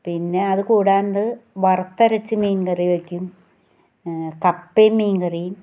പിന്നെ അത് കൂടാണ്ട് വറത്തരച്ച് മീങ്കറി വെക്കും കപ്പേം മീങ്കറീം